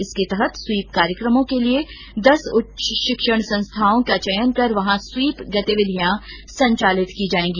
इसके तहत स्वीप कार्यक्रमों के लिए दस उच्च शिक्षण संस्थानों का चयन कर वहां स्वीप गतिविधियां संचालित की जायेंगी